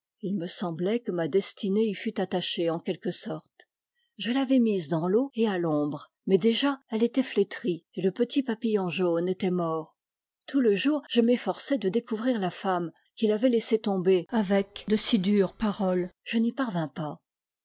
il me semblait que ma destinée y fût attachée en quelque sorte je l'avais mise dans l'eau et à l'ombre mais déjà elle était flétrie et le petit papillon jaune était mort tout le jour je m'efforçai de découvrir la femme qui l'avait laissé tomber avec de si dures paroles je n'y parvins pas